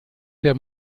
der